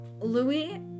Louis